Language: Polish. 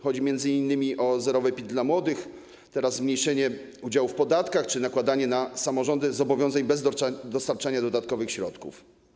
Chodzi m.in. o zerowy PIT dla młodych, zmniejszenie udziału w podatkach czy nakładanie na samorządy zobowiązań bez dostarczania dodatkowych środków.